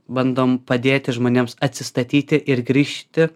bandom padėti žmonėms atsistatyti ir grįžti